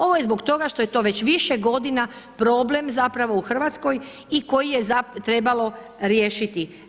Ovo je zbog toga što je to već više godina problem zapravo u Hrvatskoj i koji je treba riješiti.